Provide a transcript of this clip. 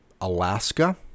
alaska